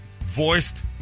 voiced